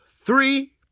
three